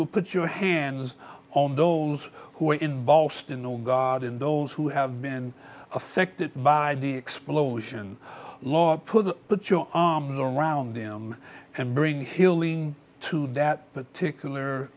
will put your hands on those who are involved in the god in those who have been affected by the explosion law put put your arms around him and bring healing to that particular